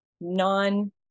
non-